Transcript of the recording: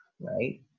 right